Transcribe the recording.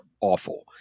awful